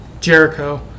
Jericho